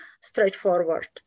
straightforward